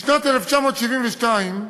בשנת 1972,